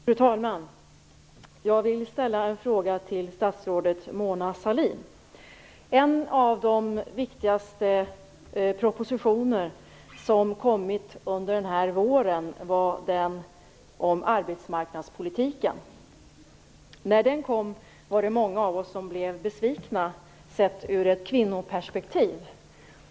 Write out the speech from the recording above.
Fru talman! Jag vill ställa en fråga till statsrådet Mona Sahlin. En av de viktigaste propositioner som kommit under våren var den om arbetsmarknadspolitiken. När den kom var många av oss besvikna, sett ur ett kvinnoperspektiv.